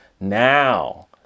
Now